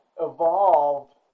evolved